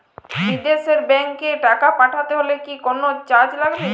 বিদেশের ব্যাংক এ টাকা পাঠাতে হলে কি কোনো চার্জ লাগবে?